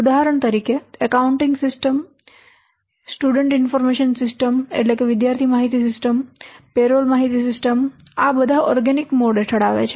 ઉદાહરણ તરીકે accounting system વિદ્યાર્થી માહિતી સિસ્ટમ પેરોલ માહિતી સિસ્ટમ આ બધા ઓર્ગેનિક મોડ હેઠળ આવે છે